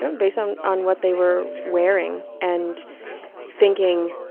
and based on on what they were wearing, and thinking,